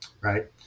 Right